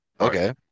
Okay